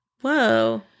Whoa